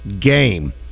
game